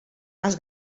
els